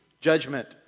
judgment